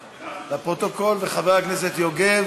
לפרוטוקול, וחבר הכנסת יוגב,